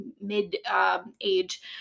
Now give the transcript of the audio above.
mid-age